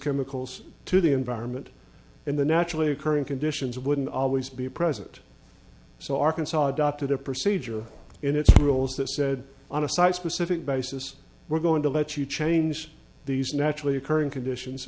chemicals to the environment and the naturally occurring conditions wouldn't always be present so arkansas adopted a procedure in its rules that said on a site specific basis we're going to let you change these naturally occurring conditions